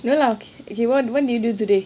okay lah if you want what did you do today